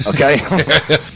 Okay